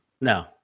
No